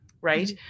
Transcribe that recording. right